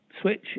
switch